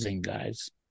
guys